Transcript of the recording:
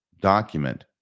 document